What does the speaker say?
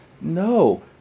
No